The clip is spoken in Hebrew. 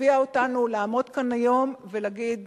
הביאו אותנו לעמוד כאן היום ולהגיד